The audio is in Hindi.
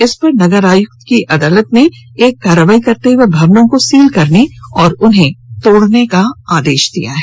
इस पर नगर आयुक्त की अदालत ने एक कार्रवाई करते हुए भवनों को सील करने और तोड़ने का आदेश दिया है